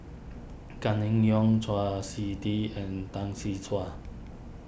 Gan nim Yong Chau Sik Ting and Tan see cuan